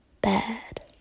bad